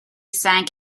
sank